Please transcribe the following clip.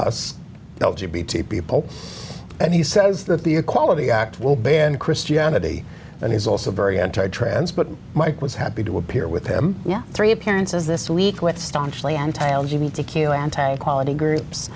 to people and he says that the equality act will ban christianity and he's also very anti trends but mike was happy to appear with him yeah three appearances this week with staunchly